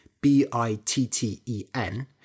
B-I-T-T-E-N